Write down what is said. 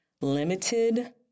limited